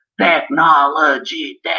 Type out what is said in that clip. Technology